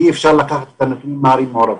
אי אפשר לקחת את הנתון מערים מעורבות.